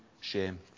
shame